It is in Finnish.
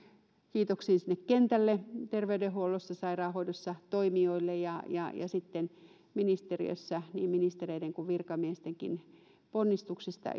kiitoksiin sinne kentälle terveydenhuollossa ja sairaanhoidossa toimijoille ja ja sitten ministeriöissä niin ministereiden kuin virkamiestenkin ponnistuksista